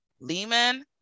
Lehman